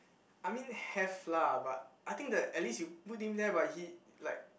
I mean have lah but I think the at least you put him there but he like